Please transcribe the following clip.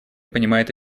понимает